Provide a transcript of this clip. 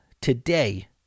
today